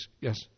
yes